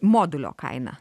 modulio kaina